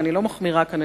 ואני לא מחמירה כאן,